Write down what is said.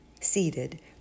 seated